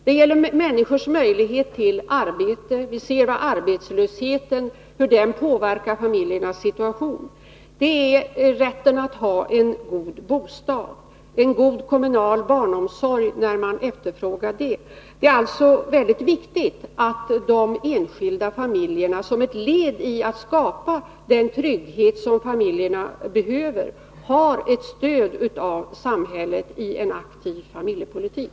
Det handlar om människors möjligheter till arbete — vi ser hur arbetslösheten påverkar familjernas situation. Det handlar om rätten att ha en god bostad och en god kommunal barnomsorg, när man efterfrågar det. Det är alltså mycket viktigt att de enskilda familjerna som ett led i att skapa den trygghet som familjerna behöver får stöd av samhället genom en aktiv familjepolitik.